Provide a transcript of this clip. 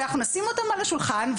אנחנו נשים אותן על השולחן,